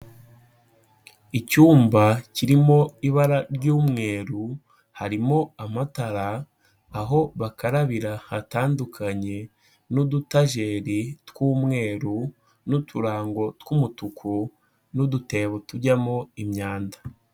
Icyumba kirimo ibara ry'umweru, harimo amatara, aho bakarabira hatandukanye n'udutajeri tw'umweru n'uturango tw'umutuku n'udutebo tujyamo imyanda.